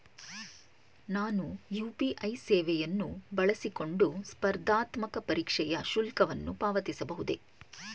ನಾನು ಯು.ಪಿ.ಐ ಸೇವೆಯನ್ನು ಬಳಸಿಕೊಂಡು ಸ್ಪರ್ಧಾತ್ಮಕ ಪರೀಕ್ಷೆಯ ಶುಲ್ಕವನ್ನು ಪಾವತಿಸಬಹುದೇ?